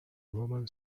roman